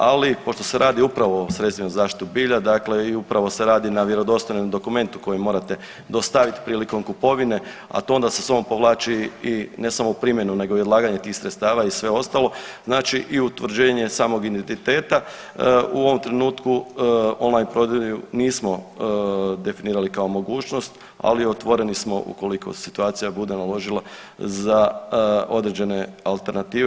Ali pošto se radi upravo o sredstvima za zaštitu bilja i upravo se radi na vjerodostojnom dokumentu koji morate dostaviti prilikom kupovine, a to onda sa sobom povlači i ne samo primjenu nego i odlaganje tih sredstava i sve ostalo, znači i utvrđenje samog identiteta u ovom trenutku online prodaju nismo definirali kao mogućnost, ali otvoreni smo ukoliko situacija bude naložila za određene alternative.